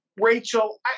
Rachel